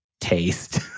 taste